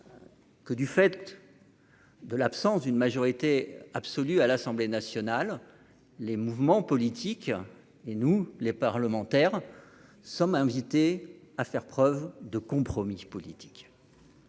que, du fait de l'absence d'une majorité absolue à l'Assemblée nationale, les mouvements politiques et nous les parlementaires sommes invités à faire preuve de compromis politique.